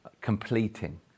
completing